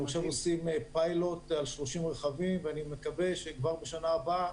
אנחנו עכשיו עושים פיילוט על 30 רכבים ואני מקווה שכבר בשנה הבאה